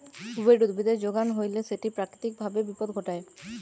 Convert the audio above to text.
weed উদ্ভিদের যোগান হইলে সেটি প্রাকৃতিক ভাবে বিপদ ঘটায়